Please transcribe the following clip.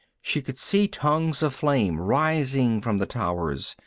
she could see tongues of flame rising from the towers,